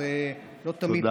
תודה.